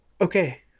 okay